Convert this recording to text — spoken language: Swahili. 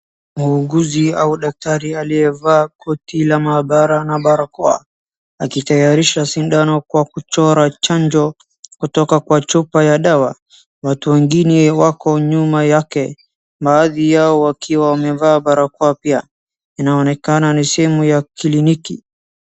Muuguzi au daktari aliyevaa koti la maabara na barakoa, akitayarisha sindano kwa kuchora chanjo kutoka kwa chupa ya dawa. Watu wengine wako nyuma yake, baadhi yao wakiwa wamevaa barakoa pia, inaonekana ni simu ya kliniki,